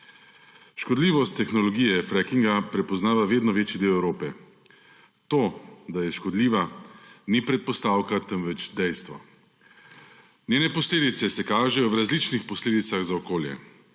Škodljivost tehnologije frackinga prepoznava vedno večji del Evrope. To, da je škodljiva, ni predpostavka, temveč dejstvo. Njene posledice se kažejo v različnih posledicah za okolje.